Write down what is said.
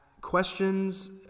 questions